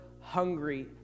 hungry